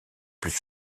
plus